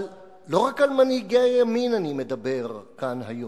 אבל לא רק על מנהיגי הימין אני מדבר כאן היום.